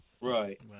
Right